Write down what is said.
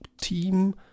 team